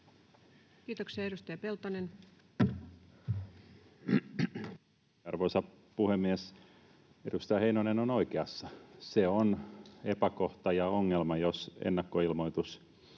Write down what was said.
kertomus Time: 19:10 Content: Arvoisa puhemies! Edustaja Heinonen on oikeassa. Se on epäkohta ja ongelma, jos ennakkoilmoitus